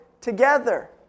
together